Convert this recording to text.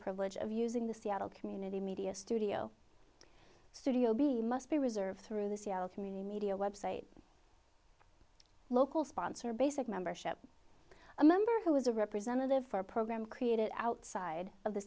privilege of using the seattle community media studio studio b must be reserved through the community media website local sponsor basic membership a member who is a representative for a program created outside of the